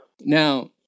Now